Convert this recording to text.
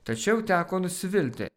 tačiau teko nusivilti